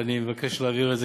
ואני מבקש להעביר את זה,